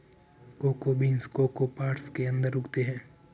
cocoa beans cocoa pods के अंदर उगते हैं